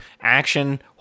action